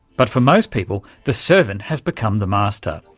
but for most people the servant has become the master.